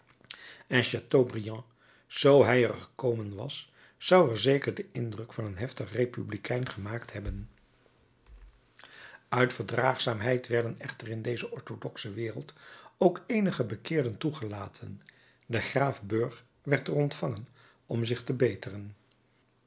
zoo hij er gekomen was zou er zeker den indruk van een heftig republikein gemaakt hebben uit verdraagzaamheid werden echter in deze orthodoxe wereld ook eenige bekeerden toegelaten de graaf burg werd er ontvangen om zich te beteren